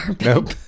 Nope